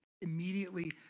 immediately